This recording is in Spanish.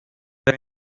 del